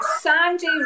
Sandy